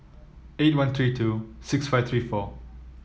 eight one three two six five three four